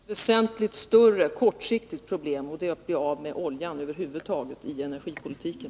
Herr talman! Vi har ett väsentligt större, kortsiktigt problem, och det är att bli av med oljan över huvud taget i energipolitiken.